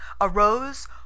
arose